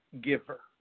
giver